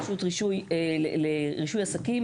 הרשות לרישוי עסקים,